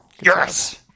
Yes